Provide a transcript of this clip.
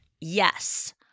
yes